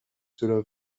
cela